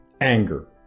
anger